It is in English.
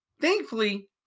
thankfully